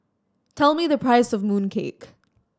tell me the price of mooncake